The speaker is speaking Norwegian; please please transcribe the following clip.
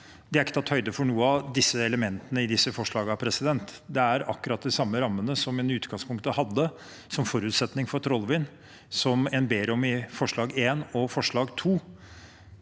Det er ikke tatt høyde for noen av disse elementene i disse forslagene. Det er akkurat de samme rammene man i utgangspunktet hadde som forutsetning for Trollvind, man ber om i forslagene nr. 1 og 2.